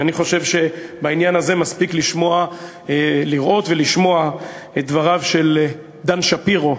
אני חושב שבעניין הזה מספיק לראות ולשמוע את דבריו של דן שפירו,